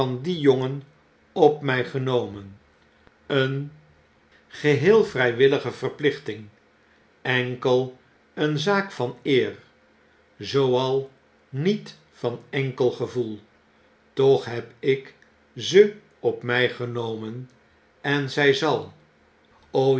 dien jongen op my genomen een geheel vry willige verplichting enkel een zaak van eer zooal niet van enkel gevoel toch heb ik ze op mij genomen en zy zal